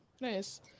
Nice